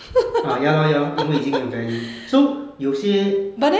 ha ya lor ya lor 因为已经没有 value 了 so 有些